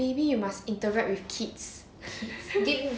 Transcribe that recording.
maybe you must interact with kids